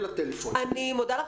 אני מודה לך,